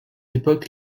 époque